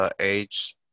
age